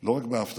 לא רק בהבטחת